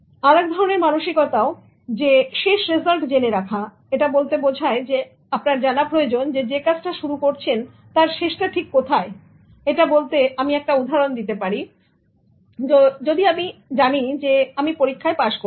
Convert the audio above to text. আর এক ধরনের মানসিকতা শেষ রেজাল্ট জেনে রাখা এটা বলতে বোঝায় আপনার জানা প্রয়োজন যে কাজটা শুরু করছেন তার শেষ টা ঠিক কোথায় এটা বলতে একটা উদাহরন দিতে পারি যদি একমাত্র আমি জানি আমি পরীক্ষায় পাশ করব